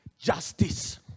justice